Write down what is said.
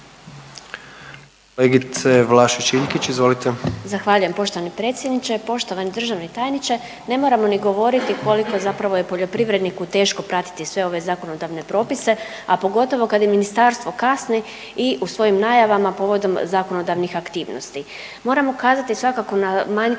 Zahvaljujem poštovani državni tajniče. Ne moramo ni govoriti koliko zapravo je poljoprivredniku teško pratiti sve ove zakonodavne propise, a pogotovo kad ministarstvo kasni i u svojim najavama povodom zakonodavnih aktivnosti. Moramo ukazati svakako na manjkavosti